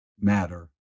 matter